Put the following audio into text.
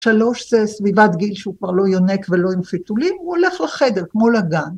שלוש זה סביבת גיל שהוא כבר לא יונק ולא עם חיתולים, הוא הולך לחדר כמו לגן.